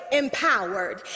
empowered